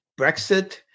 Brexit